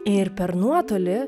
ir per nuotolį